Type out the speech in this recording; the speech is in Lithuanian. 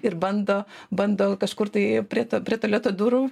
ir bando bando kažkur tai prie to prie tualeto durų